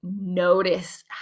notice